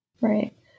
Right